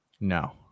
No